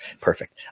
Perfect